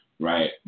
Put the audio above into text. Right